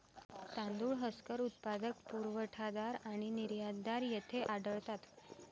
तांदूळ हस्कर उत्पादक, पुरवठादार आणि निर्यातदार येथे आढळतात